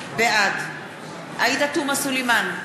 בעד עאידה תומא סלימאן,